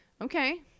Okay